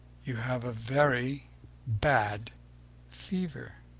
you have a very bad fever.